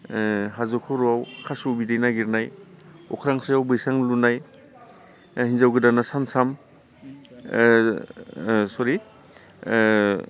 हाजो खर'आव खासेव बिदै नागिरनाय अख्रां सायाव बैसां लुनाय हिनजाव गोदाना सानथाम सरि